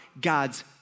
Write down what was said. God's